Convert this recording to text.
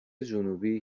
جنوبی